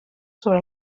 sobre